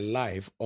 life